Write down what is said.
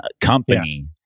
company